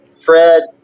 Fred